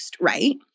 right